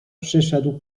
przyszedł